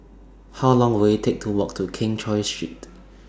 How Long Will IT Take to Walk to Keng Cheow Street